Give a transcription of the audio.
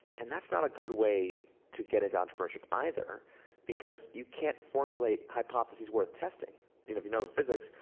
and that's not a good way to get into entrepreneurship either because you can't formulate hypotheses worth testing. and you know if you know physics,